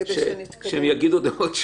ההבדל הוא שאתה אומר שאם ייפול אחרת,